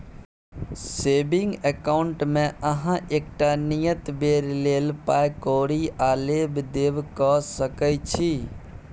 saving अकाउंटमे अहाँ एकटा नियत बेर लेल पाइ कौरी आ लेब देब कअ सकै छी